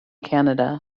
canada